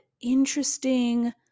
interesting